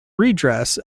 redress